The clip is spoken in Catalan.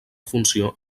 funció